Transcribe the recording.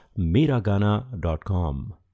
Miragana.com